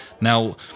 Now